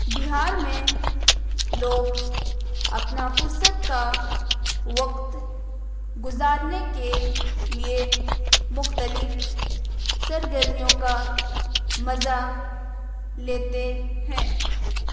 بہار میں لوگ اپنا فرصت کا وقت گزارنے کے لیے مختلف سرگرمیوں کا مزہ لیتے ہیں